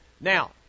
Now